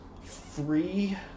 free